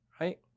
right